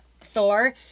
Thor